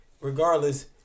Regardless